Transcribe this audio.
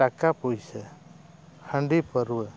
ᱴᱟᱠᱟ ᱯᱩᱭᱥᱟᱹ ᱦᱟᱺᱰᱤ ᱯᱟᱹᱨᱣᱟᱹ